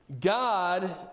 God